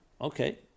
Okay